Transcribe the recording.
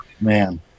Man